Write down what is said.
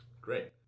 Great